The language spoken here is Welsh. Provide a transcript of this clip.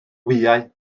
wyau